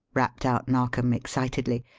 rapped out narkom excitedly.